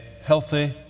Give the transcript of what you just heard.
healthy